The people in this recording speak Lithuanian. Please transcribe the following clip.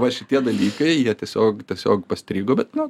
va šitie dalykai jie tiesiog tiesiog pastrigo bet nu